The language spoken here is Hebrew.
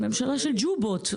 ממשלה של ג'ובות.